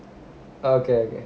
okay okay